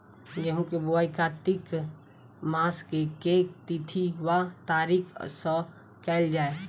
गेंहूँ केँ बोवाई कातिक मास केँ के तिथि वा तारीक सँ कैल जाए?